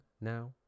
now